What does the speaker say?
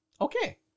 Okay